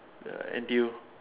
uh N_T_U